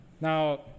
Now